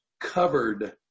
covered